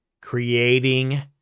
creating